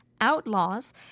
outlaws